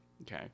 Okay